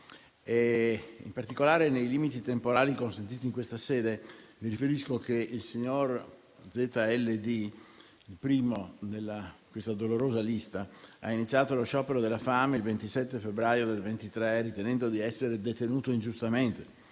In particolare, nei limiti temporali consentiti in questa sede, riferisco che il signor Z.L.D., il primo di questa dolorosa lista, ha iniziato lo sciopero della fame il 27 febbraio 2023, ritenendo di essere detenuto ingiustamente.